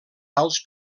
alts